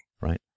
right